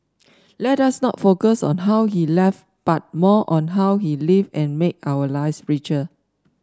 let us not focus on how he left but more on how he lived and made our lives richer